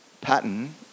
pattern